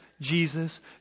Jesus